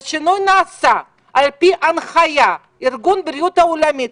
שהשינוי נעשה על-פי הנחייה ארגון הבריאות העולמי,